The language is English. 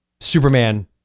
Superman